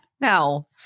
No